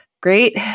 great